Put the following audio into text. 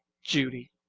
judy